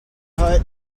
hut